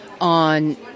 on